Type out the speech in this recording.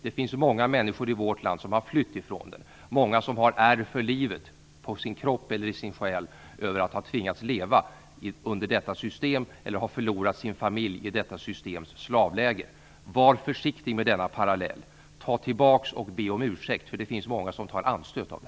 Det finns många människor i vårt land som har flytt därifrån, många som har ärr för livet på sin kropp och i sin själ över att ha tvingats leva under detta system eller förlorat sin familj i detta systems slavläger. Var försiktig med denna parallell, tag tillbaka och be om ursäkt för det finns många som tar anstöt av det.